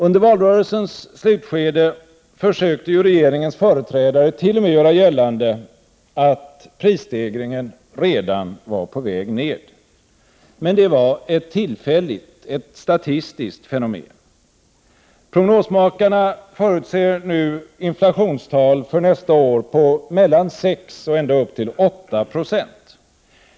Under valrörelsens slutskede försökte regeringens företrädare t.o.m. göra gällande att prisstegringen redan var på väg ned. Men det var ett tillfälligt statistiskt fenomen. Prognosmakarna förutser nu inflationstal för nästa år på 6 och ända upp till 8 96.